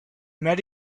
met